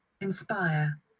inspire